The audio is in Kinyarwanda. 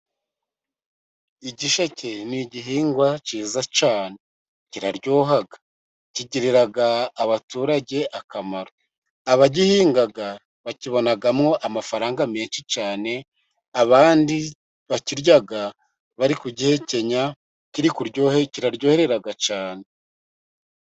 Igisheke ni igihingwa cyiza cyane, kiraryoha kigirira abaturage akamaro. Abagihinga bakibonamo amafaranga menshi cyane, abandi bakirya bari kugihekenya ,kiraryoherera cyane.